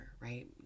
right